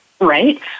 right